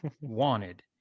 wanted